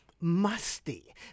musty